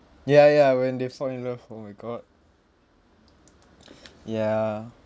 ya ya when they fall in love oh my god ya